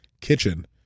Kitchen